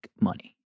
money